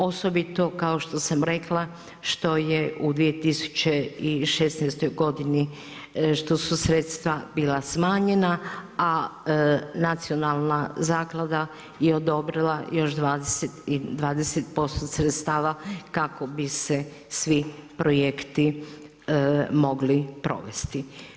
Osobito kao što sam rekla, što je u 2016. godini, što su sredstva bila smanjena a Nacionalna zaklada je odobrila još 20% sredstava kako bi se svi projekti mogli provesti.